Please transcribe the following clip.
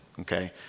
Okay